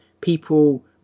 people